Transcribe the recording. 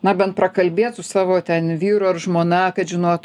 na bent prakalbėt su savo ten vyru ar žmona kad žinotų